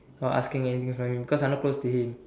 or asking anything from him because I not very close to him